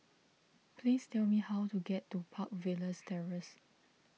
please tell me how to get to Park Villas Terrace